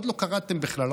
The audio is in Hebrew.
עוד לא קראתם בכלל,